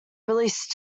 release